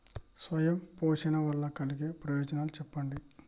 స్వయం పోషణ వల్ల కలిగే ప్రయోజనాలు చెప్పండి?